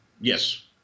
Yes